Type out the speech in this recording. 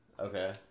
okay